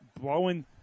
blowing